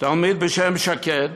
תלמיד בשם שקד